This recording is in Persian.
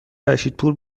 رشیدپور